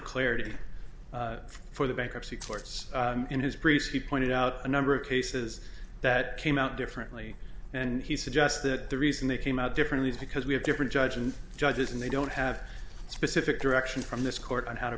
clarity for the bankruptcy courts in his priest he pointed out a number of cases that came out differently and he suggests that the reason they came out differently is because we have different judge and judges and they don't have a specific direction from this court on how to